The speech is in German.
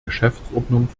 geschäftsordnung